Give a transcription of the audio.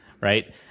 right